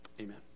Amen